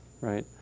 right